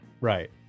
Right